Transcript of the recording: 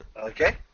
Okay